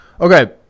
okay